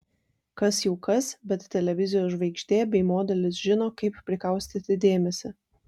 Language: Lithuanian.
kas jau kas bet televizijos žvaigždė bei modelis žino kaip prikaustyti dėmesį